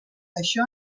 això